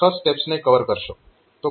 6 સ્ટેપ્સને કવર કરશો